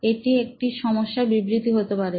এটি একটি সমস্যার বিবৃতি হতে পারে